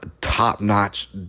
top-notch